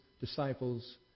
disciples